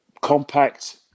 Compact